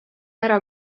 ära